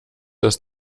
das